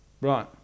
Right